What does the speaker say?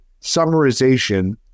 summarization